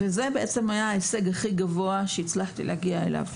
זה היה ההישג הכי גבוה שהצלחתי להגיע אליו.